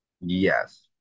Yes